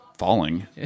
Falling